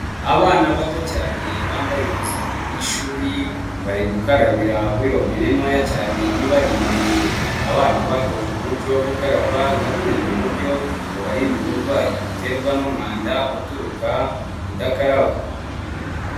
Abana bato cyane bambaye impuzankano y'ishuri bari gukarabira kuri robine ntoya cyane ibari imbere, abana batojwe umuco wo gukaraba nka bumwe mu buryo bubarinda uburwayi buterwa n'umwanda uturuka kudakaraba.